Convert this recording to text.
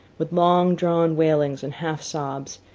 with long-drawn wailings and half-sobs,